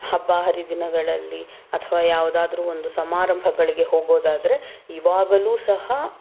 ಹಬ್ಬ ಹರಿದಿನಗಳಲ್ಲಿ ಅಥವಾ ಯಾವುದಾದರೂ ಒಂದು ಸಮಾರಂಭಗಳಿಗೆ ಹೋಗೋದಾದ್ರೆ ಇವಾಗಲೂ ಸಹ